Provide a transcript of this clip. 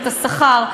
את השכר,